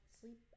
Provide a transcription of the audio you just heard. sleep